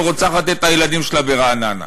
או רוצחת את הילדים שלה ברעננה.